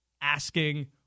asking